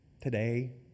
Today